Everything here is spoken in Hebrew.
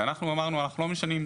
ואנחנו אמרנו שאנחנו לא משנים,